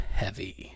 heavy